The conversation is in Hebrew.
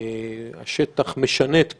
השטח משנה את פניו,